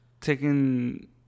Taking